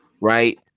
right